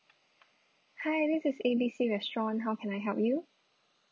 hi this is A B C restaurant how can I help you